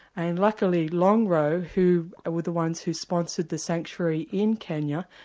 and luckily longrow, who were the ones who sponsored the sanctuary in kenya,